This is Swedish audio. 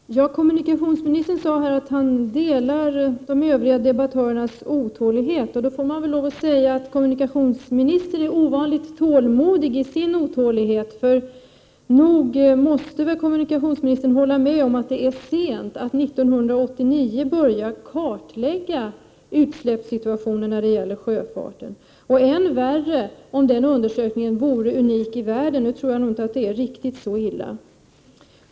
Herr talman! Kommunikationsministern sade att han delar de övriga debattörernas otålighet. Jag får då lov att säga att kommunikationsministern är ovanligt tålmodig i sin otålighet. Nog måste han väl hålla med om att det är sent att 1989 börja kartlägga utsläppssituationen när det gäller sjöfarten. Än värre är det om den undersökningen är unik i världen, men jag tror inte att det är så illa.